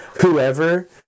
whoever